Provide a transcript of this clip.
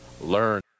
Learn